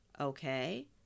Okay